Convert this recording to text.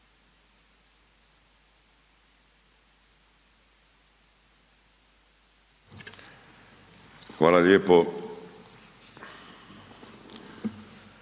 Hvala lijepo.